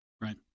Right